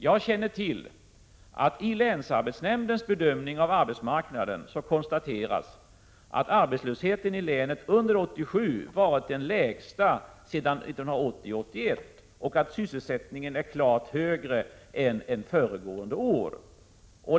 Jag känner till att det i länsarbetsnämndens bedömning av arbetsmarknaden konstateras att arbetslösheten i länet under 1987 varit den lägsta sedan 1980/81 och att sysselsättningen är klart högre än under föregående år.